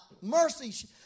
mercy